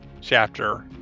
chapter